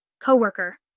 co-worker